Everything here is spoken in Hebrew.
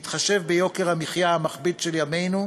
בהתחשב ביוקר המחיה המכביד של ימינו,